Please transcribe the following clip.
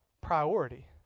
priority